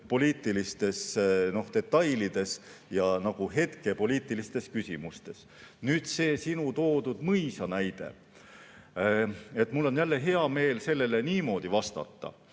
poliitilistes detailides ja hetkepoliitilistes küsimustes. Nüüd, see sinu toodud mõisa näide. Mul on hea meel sellele niimoodi vastata,